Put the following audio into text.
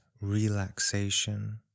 relaxation